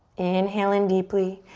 inhale in deeply.